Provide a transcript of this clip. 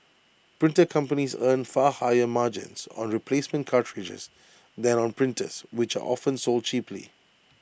printer companies earn far higher margins on replacement cartridges than on printers which are often sold cheaply